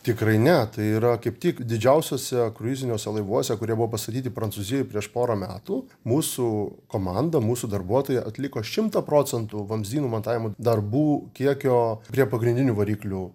tikrai ne tai yra kaip tik didžiausiuose kruiziniuose laivuose kurie buvo pastatyti prancūzijoj prieš porą metų mūsų komanda mūsų darbuotojai atliko šimtą procentų vamzdynų montavimo darbų kiekio prie pagrindinių variklių